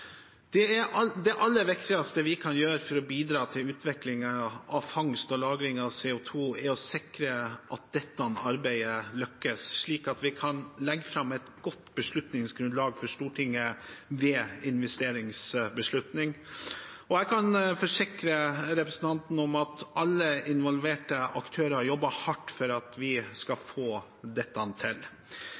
Det aller viktigste vi kan gjøre for å bidra til utviklingen av fangst og lagring av CO2, er å sikre at dette arbeidet lykkes, slik at vi ved investeringsbeslutning kan legge fram et godt beslutningsgrunnlag for Stortinget. Jeg kan forsikre representanten om at alle involverte aktører jobber hardt for at vi skal få dette til.